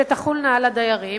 שתחולנה על הדיירים,